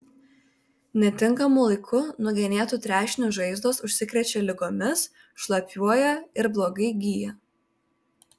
netinkamu laiku nugenėtų trešnių žaizdos užsikrečia ligomis šlapiuoja ir blogai gyja